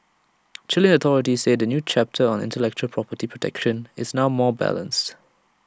Chilean authorities say the new chapter on intellectual property protection is now more balanced